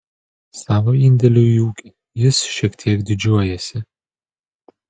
savo indėliu į ūkį jis šiek tiek didžiuojasi